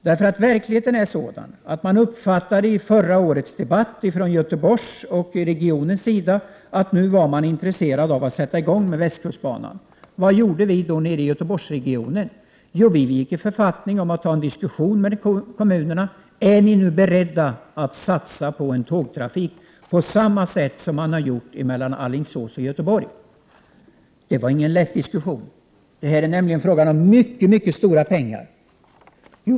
I förra årets debatt sades det från Göteborgsregionens sida att man var intresserad av att sätta i gång med västkustbanan. Vad gjorde vi då där nere? Jo, vi gick i författning om att ta en diskussion med kommunerna, och vi frågade: Är ni nu beredda att satsa på en tågtrafik på samma sätt som man har gjort med trafiken mellan Alingsås och Göteborg? Det var ingen lätt diskussion — det var nämligen fråga om mycket stora pengar.